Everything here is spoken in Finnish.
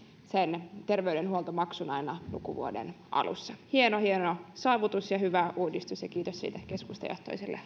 terveydenhuoltomaksun aina lukuvuoden alussa hieno hieno saavutus ja hyvä uudistus ja kiitos siitä keskustajohtoiselle